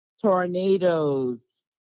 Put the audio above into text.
tornadoes